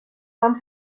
van